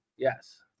Yes